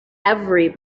every